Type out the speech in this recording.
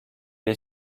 est